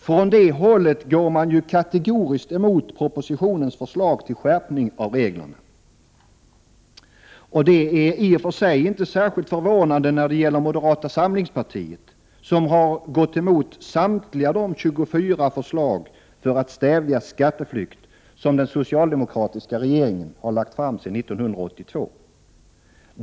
Från det hållet går man ju kategoriskt emot propositionens förslag till skärpning av reglerna. Det är i och för sig inte särskilt förvånande när det gäller moderata samlingspartiet, som ju gått emot samtliga de 24 förslag för att stävja skatteflykt som den socialdemokratiska regeringen lagt fram sedan 1982.